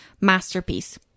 masterpiece